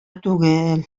түгел